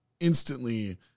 instantly